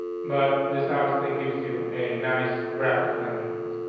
but this ours that gives you a nice graphical interface.